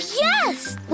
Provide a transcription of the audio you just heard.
yes